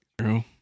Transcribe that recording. True